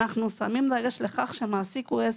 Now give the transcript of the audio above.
אנחנו שמים דגש לכך, שהמעסיק הוא זה